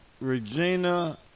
Regina